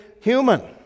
human